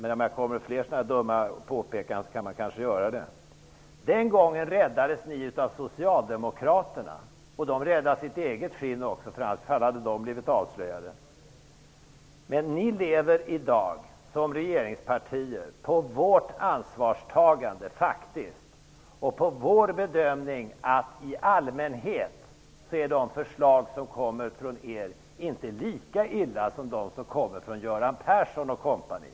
Men om det kommer fler sådana dumma påpekanden kan vi kanske göra det. Den gången räddades ni av Socialdemokraterna. Socialdemokraterna räddade samtidigt sitt eget skinn, eftersom de i annat fall skulle ha blivit avslöjade. Ni lever i dag, som regeringspartier, faktiskt på vårt ansvarstagande och på vår bedömning att de förslag som kommer från er i allmänhet inte är lika illa som de som kommer från Göran Persson och kompani.